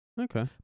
Okay